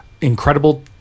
incredible